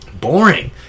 Boring